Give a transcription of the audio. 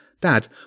Dad